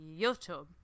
YouTube